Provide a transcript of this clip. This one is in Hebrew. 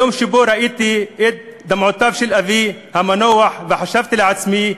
היום שבו ראיתי את דמעותיו של אבי המנוח וחשבתי לעצמי,